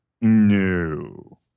No